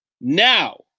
Now